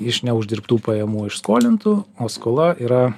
iš neuždirbtų pajamų iš skolintų o skola yra